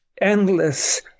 endless